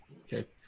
Okay